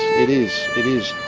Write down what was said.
it is, it is.